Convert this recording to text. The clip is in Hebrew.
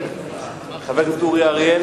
חבר הכנסת אורי אריאל.